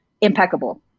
impeccable